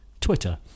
Twitter